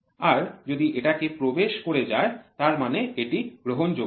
আর যদি এটাক প্রবেশ করে যায় তার মানে এটি গ্রহণযোগ্য